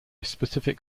specific